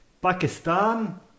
Pakistan